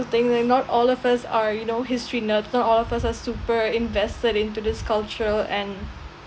thing that not all of us are you know history nerd not all of us are super invested into this culture and